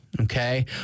okay